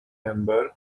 hamburg